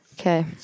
Okay